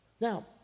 Now